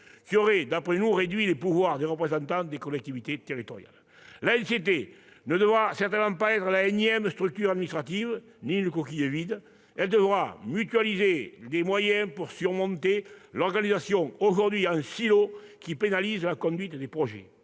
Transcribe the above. qui aurait, selon nous, réduit les pouvoirs des représentants des collectivités territoriales. L'ANCT ne devra certainement pas être une énième structure administrative ni une coquille vide. Elle devra mutualiser des moyens pour surmonter l'organisation aujourd'hui en silo qui pénalise la conduite des projets.